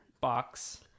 box